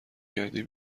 کردی